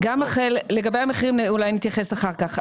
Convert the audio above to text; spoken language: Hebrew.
לגבי המחירים, אולי נתייחס אחר-כך.